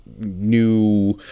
new